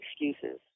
excuses